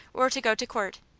or to go to court.